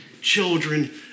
children